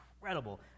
incredible